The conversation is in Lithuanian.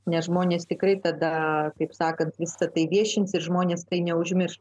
nes žmonės tikrai tada kaip sakant visa tai viešins ir žmonės tai neužmirš